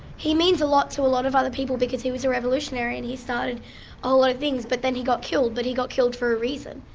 he means a lot to a lot of other people because he was a revolutionary and he started a whole lot of things. but then he got killed, but he got killed for a reason,